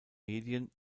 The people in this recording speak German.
medien